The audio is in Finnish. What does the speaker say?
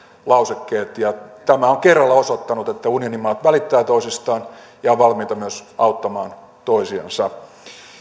lausekkeet tämä on kerralla osoittanut että unionin maat välittävät toisistaan ja ovat valmiita myös auttamaan toisiansa